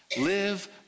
live